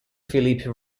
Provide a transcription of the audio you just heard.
philippe